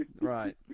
Right